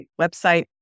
website